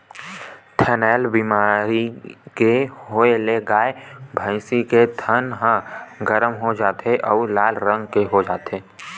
थनैल बेमारी के होए ले गाय, भइसी के थन ह गरम हो जाथे अउ लाल रंग के हो जाथे